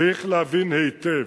צריך להבין היטב,